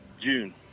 June